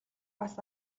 бас